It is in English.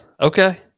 okay